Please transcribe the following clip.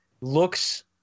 looks